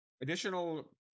Additional